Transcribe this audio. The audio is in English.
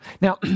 Now